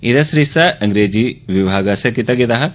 एह्दा सरिस्ता अंग्रेजह विभाग आस्सेआ कीता गेदा हा